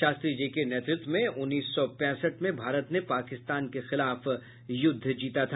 शास्त्री जी के नेतृत्व में उन्नीस सौ पैंसठ में भारत ने पाकिस्तान के खिलाफ युद्ध जीता था